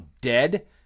dead